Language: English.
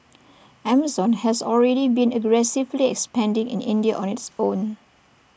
Amazon has already been aggressively expanding in India on its own